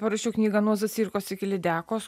parašiau knygą nuo zacirkos iki lydekos